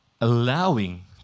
Allowing